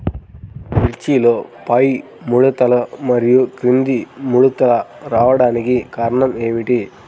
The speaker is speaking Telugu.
మిర్చిలో పైముడతలు మరియు క్రింది ముడతలు రావడానికి కారణం ఏమిటి?